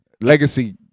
Legacy